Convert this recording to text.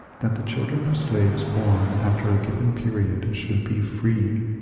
that the children of slaves born after a given period should be free.